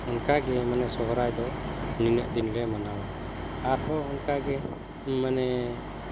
ᱚᱱᱠᱟᱜᱮ ᱢᱟᱱᱮ ᱥᱚᱦᱚᱨᱟᱭ ᱫᱚ ᱱᱤᱱᱟᱹᱜ ᱫᱤᱱᱞᱮ ᱢᱟᱱᱟᱣᱟ ᱟᱨᱦᱚᱸ ᱚᱱᱠᱟᱜᱮ ᱢᱟᱱᱮ